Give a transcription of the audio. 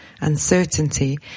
uncertainty